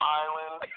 island